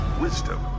wisdom